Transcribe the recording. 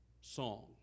song